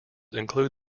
include